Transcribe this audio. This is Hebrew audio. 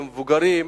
למבוגרים,